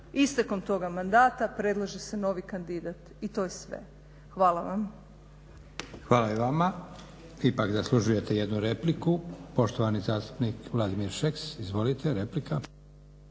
Istekom toga mandata predlaže se novi kandidat. I to je sve. Hvala vam. **Leko, Josip (SDP)** Hvala i vama. Ipak zaslužujete jednu repliku, poštovani zastupnik Vladimir Šeks. Izvolite, replika.